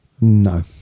No